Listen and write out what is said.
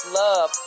love